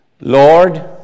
Lord